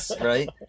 Right